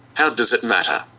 how does it matter?